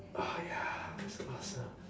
ah ya so awesome